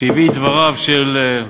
שהביא את דבריו של,